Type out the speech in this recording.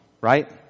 right